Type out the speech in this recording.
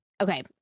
Okay